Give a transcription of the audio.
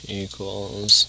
equals